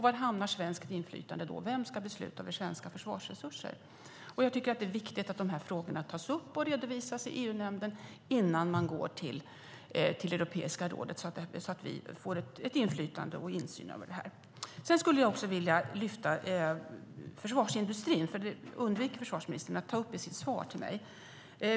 Var hamnar svenskt inflytande då? Vem ska besluta över svenska försvarsresurser? Det är viktigt att dessa frågor tas upp och redovisas i EU-nämnden innan man går till Europeiska rådet så att vi får insyn i och inflytande över detta. Jag vill också lyfta fram försvarsindustrin. Försvarsministern undvek att ta upp den i sitt svar till mig.